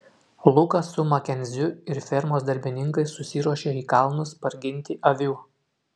lukas su makenziu ir fermos darbininkais susiruošė į kalnus parginti avių